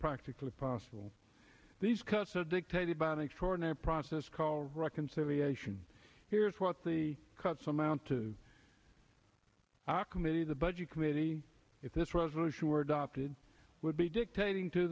practically possible these cuts are dictated by an extraordinary process called reconciliation here's why the cuts amount to our committee the budget committee if this resolution were adopted would be dictating to